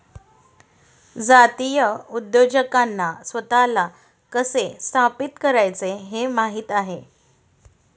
जातीय उद्योजकांना स्वतःला कसे स्थापित करायचे हे माहित आहे